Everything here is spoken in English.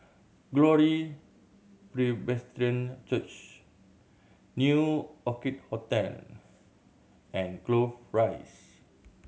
Glory Presbyterian Church New Orchid Hotel and Clover Rise